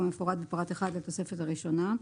כמפורט בפרט (1) לתוספת הראשונה.